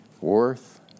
worth